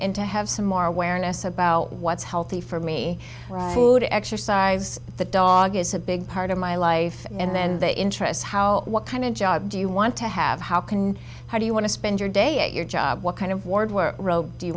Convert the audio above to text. and to have some more awareness about what's healthy for me to exercise the dog is a big part of my life and the interest how what kind of job do you want to have how can how do you want to spend your day at your job what kind of ward where do you